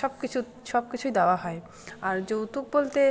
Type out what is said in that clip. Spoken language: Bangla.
সব কিছু সব কিছুই দেওয়া হয় আর যৌতুক বলতে